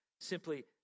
simply